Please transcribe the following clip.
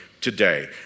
today